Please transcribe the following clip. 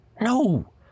no